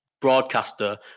broadcaster